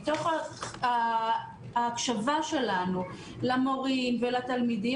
מתוך ההקשבה שלנו למורים ולתלמידים,